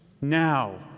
Now